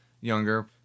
Younger